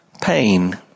pain